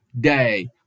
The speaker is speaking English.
day